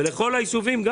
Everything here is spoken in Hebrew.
וגם לכל היישובים.